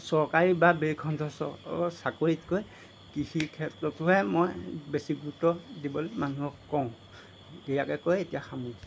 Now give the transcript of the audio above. চৰকাৰী বা বেখণ্ড চাকৰিতকৈ কৃষি ক্ষেত্ৰটোহে মই বেছি গুৰুত্ব দিবলৈ মানুহক কওঁ ইয়াকে কৈ এতিয়া সামৰিছোঁ